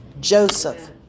Joseph